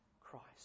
Christ